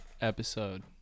episode